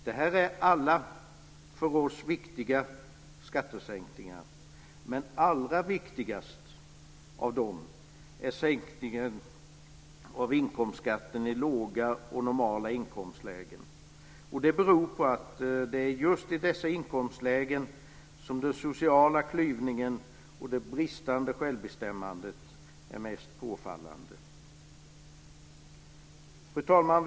Det här är alla för oss viktiga skattesänkningar, men allra viktigast av dem är sänkningen av inkomstskatten i låga och normala inkomstlägen. Det beror på att det är i dessa inkomstlägen som den sociala klyvningen och det bristande självbestämmandet är mest påfallande. Fru talman!